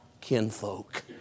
kinfolk